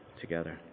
together